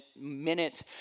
minute